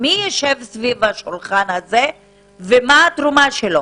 מי יישב סביב השולחן הזה ומה התרומה שלו?